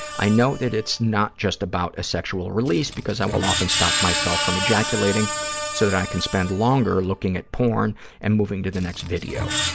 i know that it's not just about a sexual release because i will often stop myself from ejaculating so that i can spend longer looking at porn and moving to the next video.